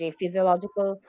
physiological